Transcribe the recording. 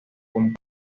compuestos